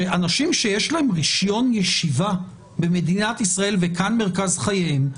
שאנשים שיש להם רישיון ישיבה במדינת ישראל וכאן מרכז חייהם,